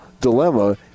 dilemma